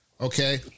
Okay